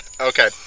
Okay